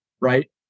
right